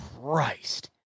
Christ